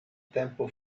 tempo